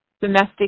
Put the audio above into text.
Domestic